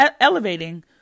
elevating